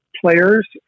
players